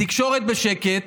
התקשורת בשקט,